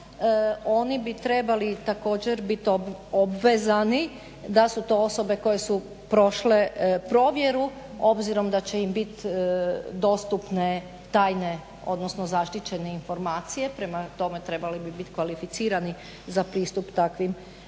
oni bi trebali također biti obvezani da su to osobe koje su prošle provjeru, obzirom da će im biti dostupne tajne, odnosno zaštićene informacije, prema tome trebale bi biti kvalificirani za pristup takvim informacijama.